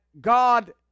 God